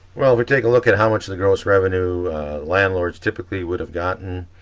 well if we take a look at how much the gross revenue landlords typically would have gotten,